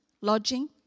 lodging